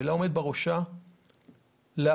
ולעומד בראשה להפקיר